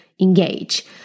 engage